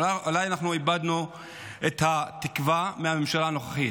אולי אנחנו איבדנו את התקווה מהממשלה הנוכחית.